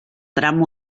tram